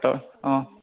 অ'